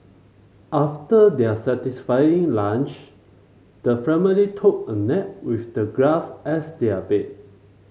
after their satisfying lunch the family took a nap with the grass as their bed